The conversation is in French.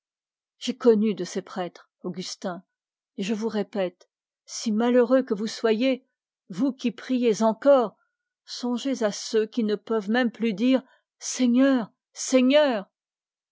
j'ai connu de ces prêtres augustin et je vous répète si malheureux que vous soyez vous qui priez encore songez à ceux qui ne peuvent même plus dire seigneur seigneur